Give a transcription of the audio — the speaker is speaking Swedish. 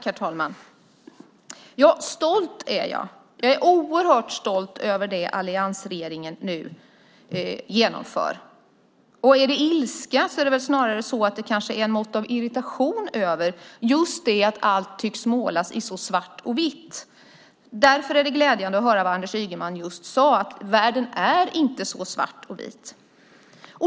Herr talman! Jag är oerhört stolt över det alliansregeringen genomför. Min ilska är nog snarare ett mått av irritation över att allt tycks målas i svart och vitt. Därför var det glädjande att höra det Anders Ygeman just sade, nämligen att världen inte är svart och vit.